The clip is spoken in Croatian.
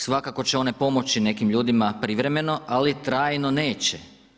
Svakako će oni pomoći nekim ljudima privremeno, ali trajno neće.